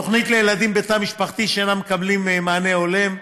תוכנית לילדים בתא משפחתי שאינם מקבלים מענה הולם,